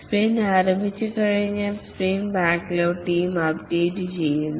sprint ആരംഭിച്ചുകഴിഞ്ഞാൽസ്പ്രിന്റ് backlog team അപ്ഡേറ്റുചെയ്യുന്നു